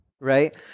Right